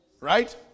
right